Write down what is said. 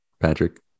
Patrick